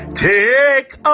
take